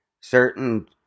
certain